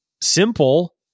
simple